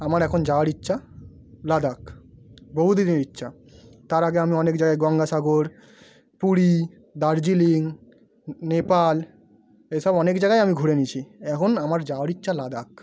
আমার এখন যাওয়ার ইচ্ছা লাদাখ বহু দিনের ইচ্ছা তার আগে আমি অনেক জায়গায় গঙ্গাসাগর পুরী দার্জিলিং নেপাল এইসব অনেক জায়গায় আমি ঘুরে নিয়েছি এখন আমার যাওয়ার ইচ্ছা লাদাখ